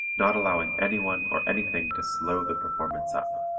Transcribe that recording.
not allowing anyone or anything to slow the performance up,